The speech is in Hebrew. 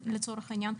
לצורך העניין,